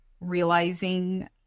realizing